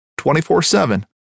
24-7